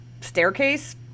staircase